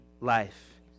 life